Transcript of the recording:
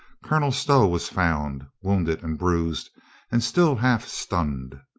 colonel stow was found, wounded and bruised and still half stunned.